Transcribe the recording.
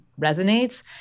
resonates